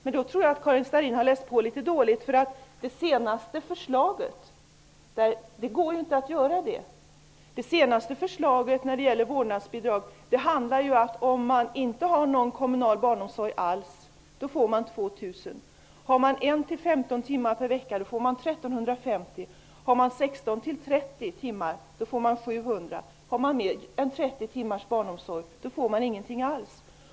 Men då tror jag att Karin Starrin har läst på litet dåligt. Det går inte att göra det. Enligt det senaste förslaget när det gäller vårdnadsbidrag får man 2 000 om man inte har någon barnomsorg alls. Har man 1--15 timmars barnomsorg per vecka får man 1 350, och har man 16--30 timmars barnomsorg får man 700. Har man mer än 30 timmars barnomsorg får man ingenting alls.